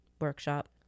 workshop